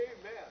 Amen